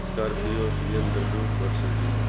scorpio BMW Mercedes